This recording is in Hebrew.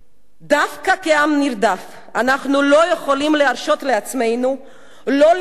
דווקא כעם נרדף אנחנו לא יכולים להרשות לעצמנו לא להכיר,